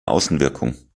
außenwirkung